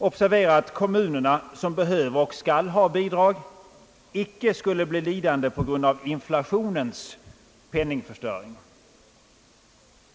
Observera att kommunerna, som behöver och skall ha bidrag enligt grundreglerna, icke skulle bli lidande på grund av inflationens penningförstöring.